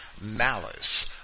malice